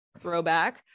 Throwback